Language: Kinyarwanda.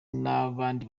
nabandi